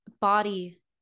body